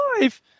life